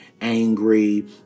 angry